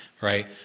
right